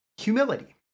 humility